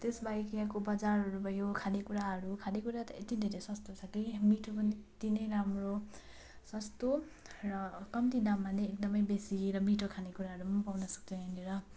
त्यस बाहेक यहाँको बजारहरू भयो खाने कुराहरू खाने कुरा त यति धेरै सस्तो छ कि मिठो पनि अति नै राम्रो सस्तो र कम्ती दाममा नै एकदम बेसी र मिठो खाने कुराहरू पाउन सक्छ यहाँनिर